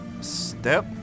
Step